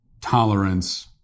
tolerance